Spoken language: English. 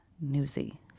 newsy